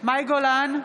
מאי גולן,